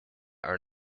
are